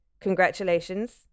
Congratulations